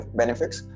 benefits